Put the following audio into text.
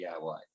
diy